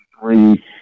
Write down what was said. Three